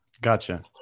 Gotcha